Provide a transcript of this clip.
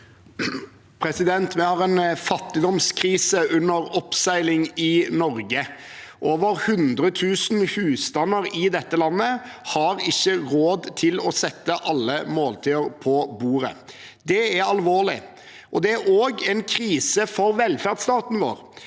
Vi har en fattig- domskrise under oppseiling i Norge. Over 100 000 husstander i dette landet har ikke råd til å sette alle måltider på bordet. Det er alvorlig. Det er også en krise for velferdsstaten vår,